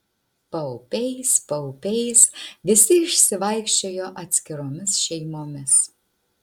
paupiais paupiais visi išsivaikščiojo atskiromis šeimomis